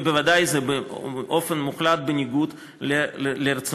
ובוודאי זה באופן מוחלט בניגוד לרצונם.